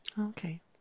okay